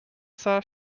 sah